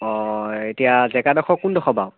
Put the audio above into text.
অঁ এতিয়া জেগাডোখৰ কোনডোখৰ